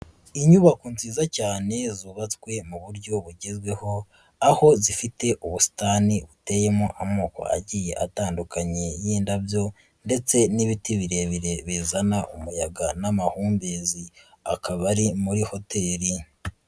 Inyubako nziza cyane zubatswe mu buryo bugezweho, aho dufite ubusitani buteyemo amoko agiye atandukanye y'indabyo ndetse n'ibiti birebire bizana umuyaga n'amahumbezi, akaba ari muri hotel.